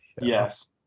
Yes